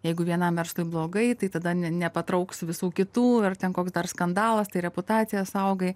jeigu vienam verslui blogai tai tada ne nepatrauks visų kitų ar ten koks dar skandalas tai reputaciją saugai